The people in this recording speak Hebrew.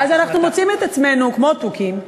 ואז אנחנו מוצאים את עצמנו כמו תוכים,